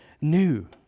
new